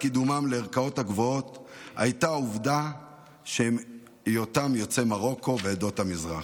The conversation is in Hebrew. קידומם לערכאות הגבוהות היה העובדה שהיותם מיוצאי מרוקו ועדות המזרח,